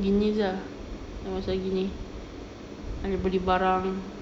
gini jer ah macam gini ada beli barang